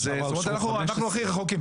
אז אנחנו הכי רחוקים.